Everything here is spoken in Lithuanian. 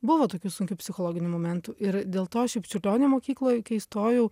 buvo tokių sunkių psichologinių momentų ir dėl to šiaip čiurlionio mokykloj kai įstojau